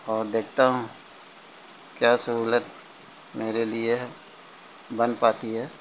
اور دیکھتا ہوں کیا سہولت میرے لیے بن پاتی ہے